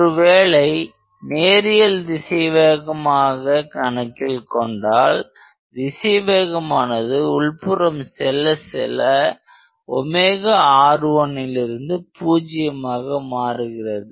ஒருவேளை நேரியல் திசைவேகம் ஆக கணக்கில் கொண்டால் திசைவேகம் ஆனது உள்புறம் செல்ல செல்ல R1 லிருந்து பூஜ்ஜியமாக மாறுகிறது